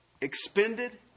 expended